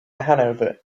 hanover